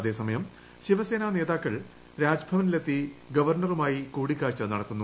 അതേസമയം ശിവസേനാ നേതാക്കൾ രാജ്ഭവനിൽ എത്തി ഗവർണറുമായി കൂടിക്കാഴ്ച നടത്തുന്നു